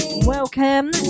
Welcome